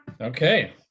Okay